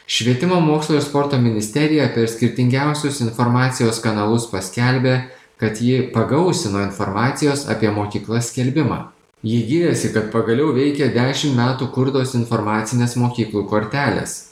švietimo mokslo ir sporto ministerija per skirtingiausius informacijos kanalus paskelbė kad ji pagausino informacijos apie mokyklas skelbimą ji gyrėsi kad pagaliau veikia dešim metų kurtos informacinės mokyklų kortelės